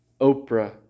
Oprah